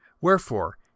Wherefore